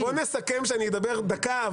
בוא נסכם שאני אדבר דקה.